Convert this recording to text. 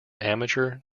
amateur